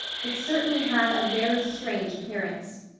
it certainly had a very strange appearance.